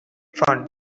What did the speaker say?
fund